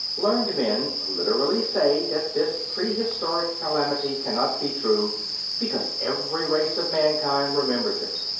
learned men literally say that this pre-historic calamity cannot be true because every race of mankind remembers it.